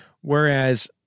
Whereas